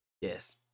Yes